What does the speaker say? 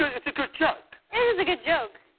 it's a good joke. it is a good joke.